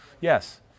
Yes